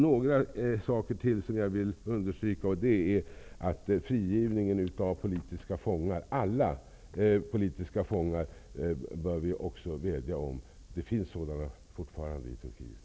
Jag vill också understryka att vi bör vädja om att alla politiska fångar friges. Det finns fortfarande sådana i Turkiet.